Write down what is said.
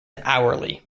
hourly